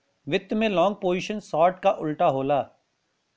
वित्त में long position short क उल्टा होला